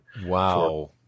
wow